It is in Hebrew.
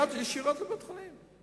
ישירות לבית-חולים,